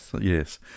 Yes